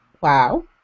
Wow